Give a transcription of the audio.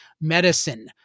medicine